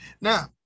Now